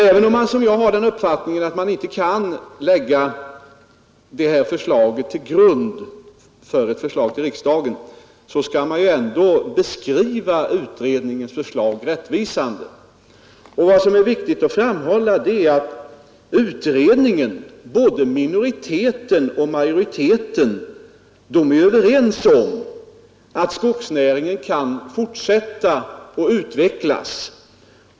Även om man som jag har den uppfattningen att man inte kan lägga detta förslag till grund för en proposition till riksdagen, så skall man ändå beskriva utredningens förslag rättvisande. Det är viktigt att framhålla att både minoriteten och majoriteten i utredningen är överens om att skogsnäringen kan fortsätta att utvecklas.